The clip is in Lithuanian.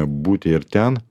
būti ir ten